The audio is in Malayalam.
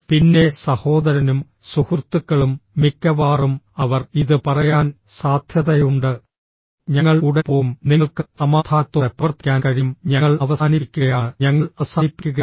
പിന്നെ സഹോദരനും സുഹൃത്തുക്കളും മിക്കവാറും അവർ ഇത് പറയാൻ സാധ്യതയുണ്ട് ഞങ്ങൾ ഉടൻ പോകും നിങ്ങൾക്ക് സമാധാനത്തോടെ പ്രവർത്തിക്കാൻ കഴിയും ഞങ്ങൾ അവസാനിപ്പിക്കുകയാണ് ഞങ്ങൾ അവസാനിപ്പിക്കുകയാണ്